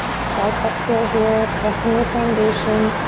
sharp exhale here, press in your foundation,